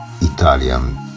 Italian